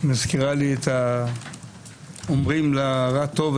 מזכירה לי: "אומרים לרע טוב,